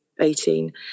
18